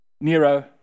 Nero